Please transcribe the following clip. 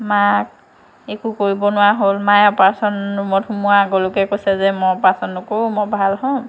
মা একো কৰিব নোৱাৰা হ'ল মায়ে অপাৰেচন ৰুমত সোমোৱাৰ আগলৈকে কৈছে যে মই অপাৰেচন নকৰোঁ মই ভাল হম